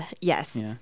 Yes